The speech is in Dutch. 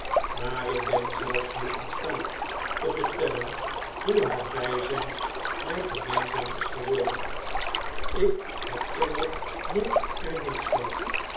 maar ik ben zelfs niet in staat te vertellen hoe haar bpijn mij gemeenzaam is geworden ik herinner me er niets van